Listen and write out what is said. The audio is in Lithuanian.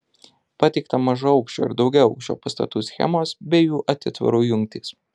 pateikta mažaaukščio ir daugiaaukščio pastatų schemos bei jų atitvarų jungtys